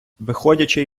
виходячи